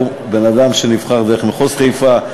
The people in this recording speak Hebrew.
הוא בן-אדם שנבחר דרך מחוז חיפה,